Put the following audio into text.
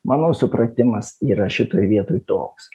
mano supratimas yra šitoj vietoj toks